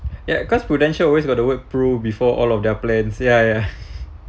ya cause prudential always got the word pru before all of their plans ya ya